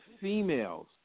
females